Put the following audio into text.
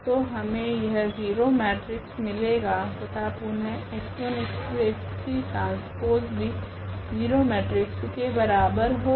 तो हमे यह 0 मेट्रिक्स मिलेगा तथा पुनः x1x2x3T भी 0 मेट्रिक्स के बराबर होगा